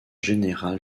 général